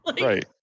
Right